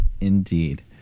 Indeed